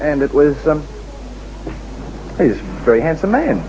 and it was very handsome an